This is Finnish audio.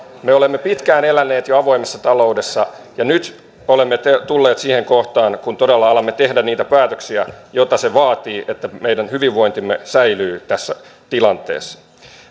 me olemme jo pitkään eläneet avoimessa taloudessa ja nyt olemme tulleet siihen kohtaan kun todella alamme tehdä niitä päätöksiä joita vaaditaan että meidän hyvinvointimme säilyy tässä tilanteessa